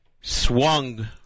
swung